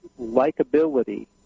likability